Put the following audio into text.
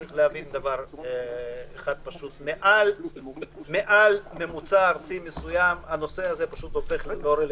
צריך להבין דבר אחד פשוט: מעל ממוצע ארצי מסוים הנושא הופך ללא רלוונטי.